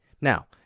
Now